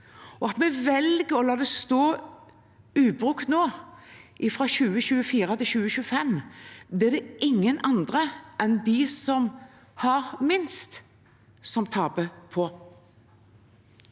Det at vi velger å la det stå ubrukt nå, fra 2024 til 2025, er det ingen andre enn dem som har minst, som taper på.